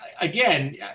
again